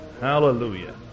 Hallelujah